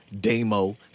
Demo